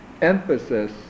emphasis